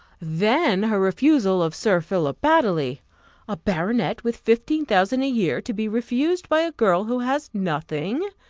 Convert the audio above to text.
then her refusal of sir philip baddely a baronet with fifteen thousand a year to be refused by a girl who has nothing,